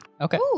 Okay